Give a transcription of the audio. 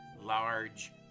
large